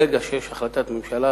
ברגע שיש החלטת ממשלה,